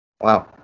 Wow